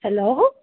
hello